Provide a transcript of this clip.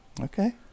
Okay